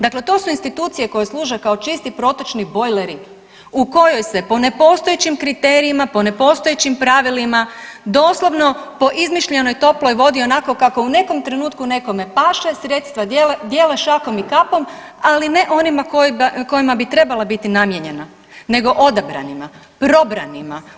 Dakle to su institucije koje služe kao čisti protočni bojleri u kojoj je po nepostojećim kriterijima, po nepostojećim pravilima doslovno po izmišljenoj toploj vodi onako kako u nekom trenutku nekome paše, sredstva dijele šakom i kapom, ali ne onima kojima bi trebala biti namijenjena, nego odabranima, probranima.